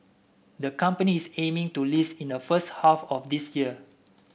the company is aiming to list in the first half of this year